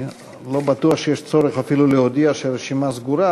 אני לא בטוח שיש צורך אפילו להודיע שהרשימה סגורה,